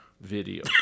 Video